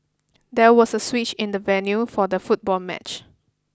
there was a switch in the venue for the football match